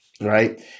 right